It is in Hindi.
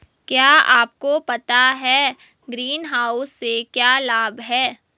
क्या आपको पता है ग्रीनहाउस से क्या लाभ होता है?